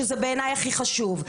שזה בעייני הכי חשוב,